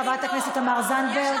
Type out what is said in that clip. חברת הכנסת תמר זנדברג.